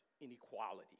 inequality